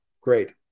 Great